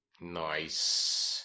Nice